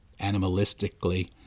animalistically